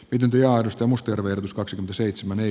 pidentyä aidosta muster verotus kaksi gseitsemäny